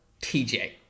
TJ